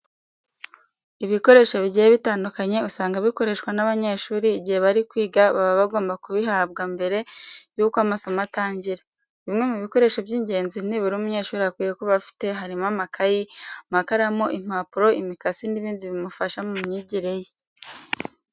Ibikoresho bigiye bitandukanye usanga bikoreshwa n'abanyeshuri igihe bari kwiga baba bagomba kubihabwa mbere yuko amasomo atangira. Bimwe mu bikoresho by'ingenzi nibura umunyeshuri akwiye kuba afite harimo amakayi, amakaramu, impapuro, imikasi n'ibindi bimufasha mu myigire ye.